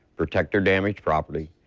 protect their damaged property,